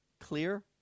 clear